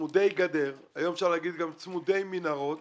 צמודי גדר היום אפשר להגיד גם צמודי מנהרות